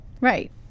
Right